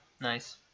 Nice